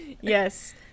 yes